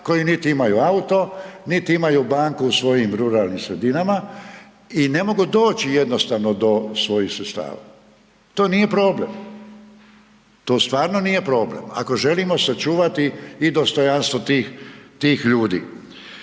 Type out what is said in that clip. koji niti imaju auto niti imaju banku u svojim ruralnim sredinama i ne mogu doći jednostavno do svojih sredstava. To nije problem, to stvarno nije problem, ako želimo sačuvati i dostojanstvo tih ljudi.